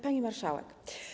Pani Marszałek!